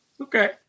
Okay